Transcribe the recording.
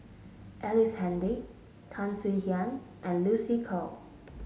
Ellice Handy Tan Swie Hian and Lucy Koh